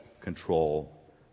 control